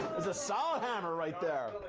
is a solid hammer right there.